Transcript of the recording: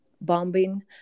Bombing